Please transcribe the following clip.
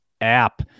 app